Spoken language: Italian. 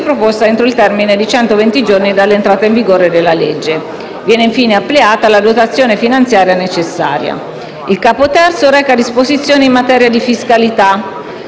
proposta entro il termine di centoventi giorni dall'entrata in vigore della legge. Viene infine ampliata la dotazione finanziaria necessaria. Il Capo III reca disposizioni in materia di fiscalità.